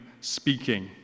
speaking